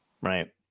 right